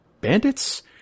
bandits